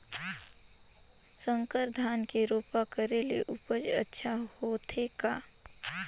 संकर धान के रोपा करे ले उपज अच्छा होथे का?